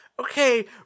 Okay